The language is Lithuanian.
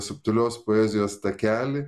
subtilios poezijos takelį